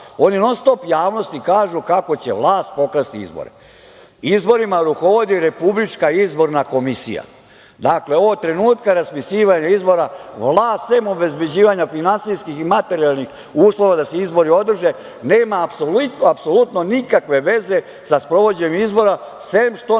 Oni non-stop javnosti kažu kako će vlast pokrasti izbore. Izborima rukovodi RIK. Dakle, od trenutka raspisivanja izbora, vlast sem obezbeđivanja finansijskih i materijalnih uslova da se izbori održe, nema apsolutno nikakve veze sa sprovođenjem izbora sem što na